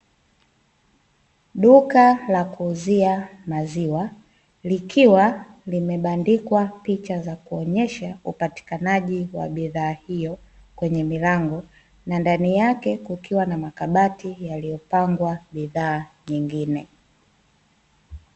Duka la kuuzia maziwa likiwa limebandikwa picha za kuonyesha upatikanaji wa bidhaa hiyo, kwenye milango na ndani yake kukiwa na makabati yaliyopangwa bidhaa nyingine.